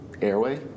airway